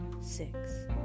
Six